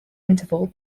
interval